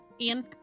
Ian